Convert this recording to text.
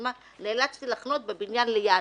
נאלצתי לחנות בבניין ליד,